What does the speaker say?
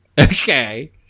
okay